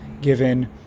given